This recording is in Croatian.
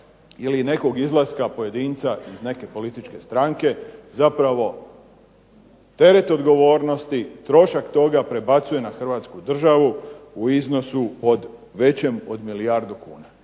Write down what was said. ili nekog izlaska pojedinca iz neke političke stranke zapravo teret odgovornosti, trošak toga prebacuje na hrvatsku državu u iznosu od većem od milijardu kuna.